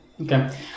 Okay